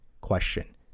question